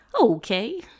Okay